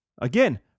Again